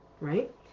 right